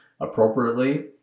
appropriately